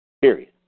Period